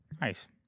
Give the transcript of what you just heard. Nice